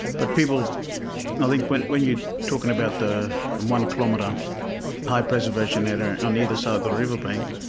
but people i think when when you're talking about the one kilometre high preservation area on either side the river bank,